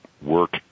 work